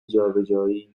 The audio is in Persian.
جابجایی